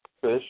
fish